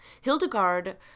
Hildegard